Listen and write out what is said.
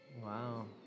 Wow